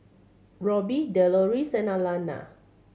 Robbie Deloris and Alana